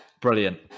Brilliant